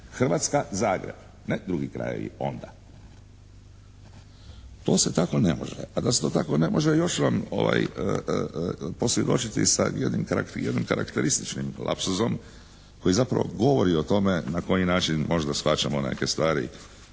Hrvatska, Zagreb ne drugi krajevi onda. To se tako ne može. A da se to tako ne može još ću vam posvjedočiti sa jednim karakterističnim lapsusom koji zapravo govori o tome na koji način možda shvaćamo neke stvari